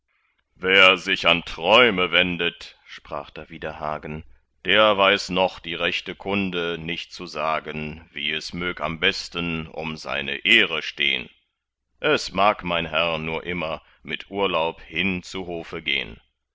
wer sich an träume wendet sprach dawider hagen der weiß noch die rechte kunde nicht zu sagen wie es mög am besten um seine ehre stehn es mag mein herr nur immer mit urlaub hin zu hofe gehn